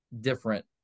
different